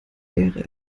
wäre